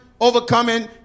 Overcoming